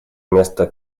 вместо